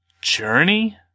Journey